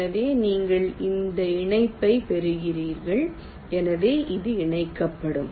எனவே நீங்கள் இந்த இணைப்பைப் பெறுவீர்கள் எனவே இது இணைக்கப்படும்